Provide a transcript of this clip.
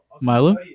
Milo